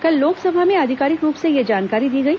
कल लोकसभा में आधिकारिक रूप से यह जानकारी दी गई